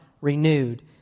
renewed